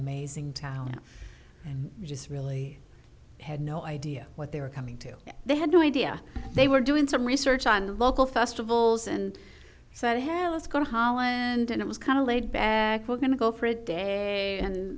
amazing talent and just really had no idea what they were coming to they had no idea they were doing some research on the local festivals and said hal let's go to holland and it was kind of laid back we're going to go for a day and